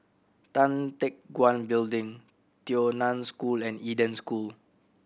Tan Teck Guan Building Tao Nan School and Eden School